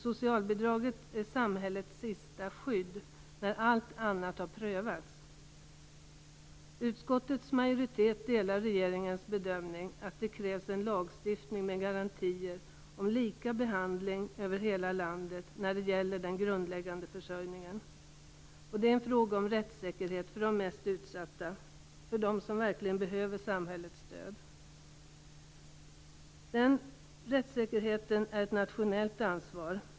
Socialbidraget är samhällets sista skydd, när allt annat har prövats. Utskottets majoritet delar regeringens bedömning att det krävs en lagstiftning med garantier om lika behandling över hela landet när det gäller den grundläggande försörjningen. Det är en fråga om rättssäkerhet för de mest utsatta - för dem som verkligen behöver samhällets stöd. Den rättssäkerheten är ett nationellt ansvar.